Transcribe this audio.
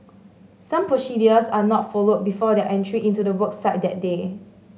some procedures are not followed before their entry into the work site that day